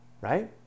Right